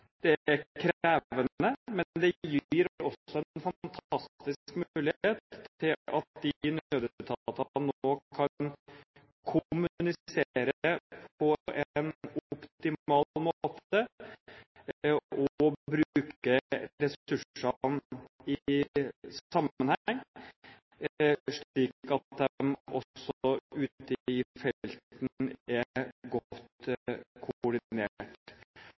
Det er krevende, men det gir også en fantastisk mulighet til at disse nødetatene kan kommunisere på en optimal måte og bruke ressursene i sammenheng, slik at de også ute i felten er godt